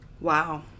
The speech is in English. Wow